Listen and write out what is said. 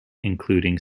including